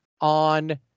on